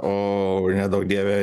o neduok dieve